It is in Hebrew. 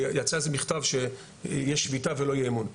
ויצא איזה מכתב שיש שביתה ולא יהיה אימון.